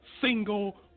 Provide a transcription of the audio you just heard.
single